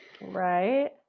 Right